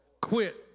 quit